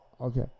Okay